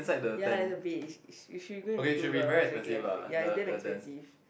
ya it's a bed you you should go and Google the glampling ya it's damn expensive